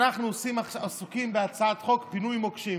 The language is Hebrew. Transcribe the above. אנחנו עסוקים בהצעת חוק פינוי מוקשים,